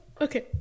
okay